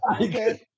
okay